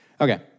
Okay